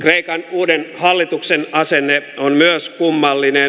kreikan uuden hallituksen asenne on myös kummallinen